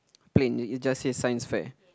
plain it it just says Science fair